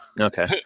Okay